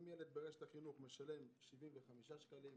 אם ילד ברשת החינוך משלם 75 שקלים,